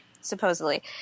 Supposedly